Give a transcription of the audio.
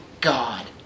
God